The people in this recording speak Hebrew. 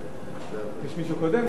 יש מישהו קודם?